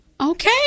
Okay